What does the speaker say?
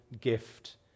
gift